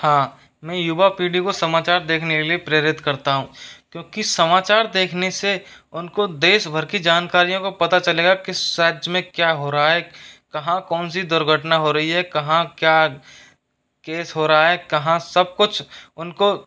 हाँ मै युवा पीढ़ी को समाचार देखने के लिए प्रेरित करता हूँ क्योंकि समाचार देखने से उनको देश भर की जानकारियों का पता चलेगा कि सच में क्या हो रहा है कहाँ कौन सी दुर्घटना हो रही है कहाँ क्या केस हो रहा है कहाँ सब कुछ उनको